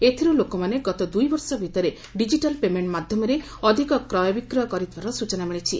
ଏଥିରୁ ଲୋକମାନେ ଗତ ଦୁଇ ବର୍ଷ ଭିତରେ ଡିଜିଟାଲ୍ ପେମେଣ୍ଟ ମାଧ୍ୟମରେ ଅଧିକ କ୍ରୟ ବିକ୍ରୟ କରିଥିବାର ସ୍ନଚନା ମିଳିଛି